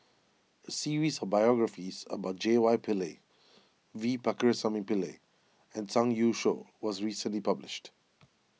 a series of biographies about J Y Pillay V Pakirisamy Pillai and Zhang Youshuo was recently published